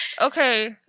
Okay